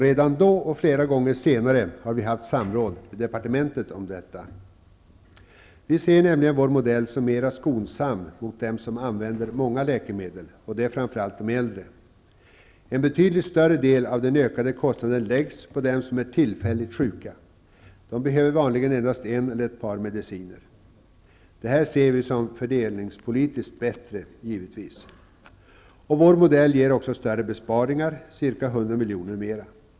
Redan då och flera gånger senare har vi haft samråd med departementet om detta. Vi ser nämligen vår modell som mer skonsam mot dem som använder många läkemedel, dvs. framför allt de äldre. En betydligt större del av den ökade kostnaden läggs på dem som är tillfälligt sjuka. De behöver vanligen endast en eller ett par mediciner. Vi ser givetvis detta som fördelningspolitiskt bättre. Vår modell ger också större besparingar, ca 100 miljoner mer.